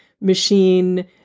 machine